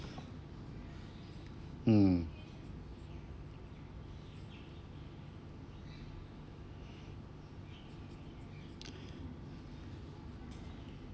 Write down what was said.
mm